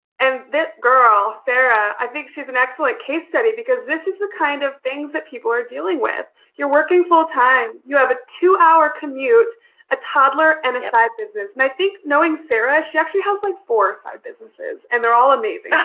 and that girl sara i think she's an excellent case study because this is the kind of things that people are dealing with you're working full time you have a two-hour commute a toddler and a side business and i think knowing sara she actually has like four side businesses and they're all amazing.